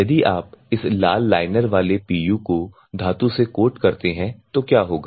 यदि आप इस लाल लाइनर वाले PU को धातु से कोट करते हैं तो क्या होगा